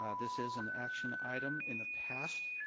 ah this is an action item in the past